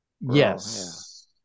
Yes